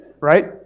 Right